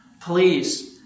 Please